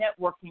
networking